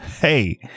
Hey